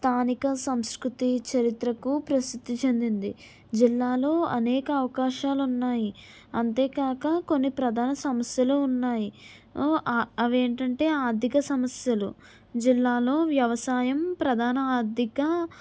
స్థానిక సంస్కృతి చరిత్రకు ప్రసిద్ధి చెందింది జిల్లాలో అనేక అవకాశాలున్నాయి అంతేకాక కొన్ని ప్రధాన సమస్యలు ఉన్నాయి అ అవేంటంటే ఆర్థిక సమస్యలు జిల్లాలో వ్యవసాయం ప్రధాన ఆర్థిక